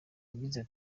yagize